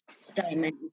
statement